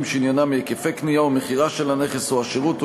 שעניינם היקפי קנייה או מכירה של הנכס או השירות,